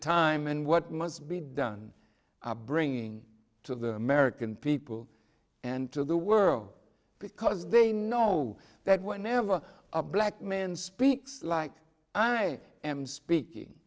time and what must be done are bringing to the american people and to the world because they know that whenever a black man speaks like i am speaking